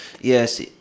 Yes